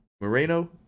Moreno